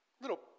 little